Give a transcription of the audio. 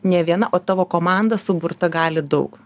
ne viena o tavo komanda suburta gali daug